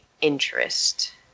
interest